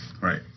Right